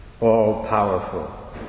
all-powerful